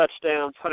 touchdowns